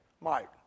Mike